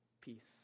Peace